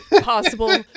possible